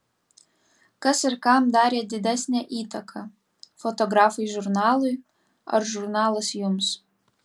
kas ir kam darė didesnę įtaką fotografai žurnalui ar žurnalas jums